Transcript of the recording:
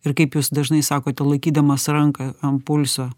ir kaip jūs dažnai sakote laikydamas ranką ant pulso